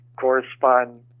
correspond